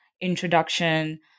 introduction